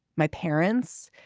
my parents.